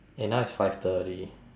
eh now is five thirty